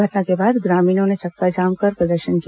घटना के बाद ग्रामीणों ने चक्काजाम कर प्रदर्शन किया